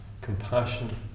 compassion